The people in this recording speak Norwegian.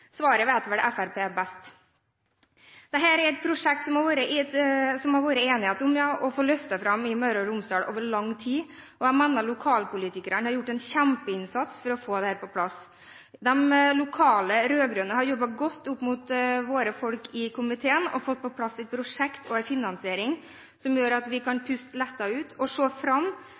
Svaret vet vel Fremskrittspartiet best. Dette er et prosjekt som det i Møre og Romsdal har vært enighet om å få løftet fram over lang tid, og jeg mener lokalpolitikerne har gjort en kjempeinnsats for å få dette på plass. De lokale rød-grønne har jobbet godt opp mot våre folk i komiteen og fått på plass et prosjekt og en finansiering som gjør at vi kan puste lettet ut og se fram